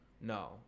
No